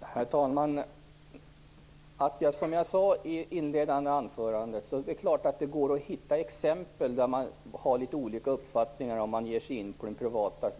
Herr talman! Som jag sade i mitt inledande anförande går det att hitta exempel där vi har litet olika uppfattning om man från kommuner och landsting går in på den privata